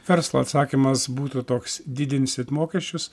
verslo atsakymas būtų toks didinsit mokesčius